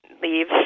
leave